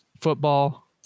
football